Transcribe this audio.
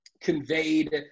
conveyed